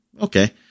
Okay